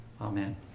Amen